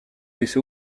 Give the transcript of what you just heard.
laissé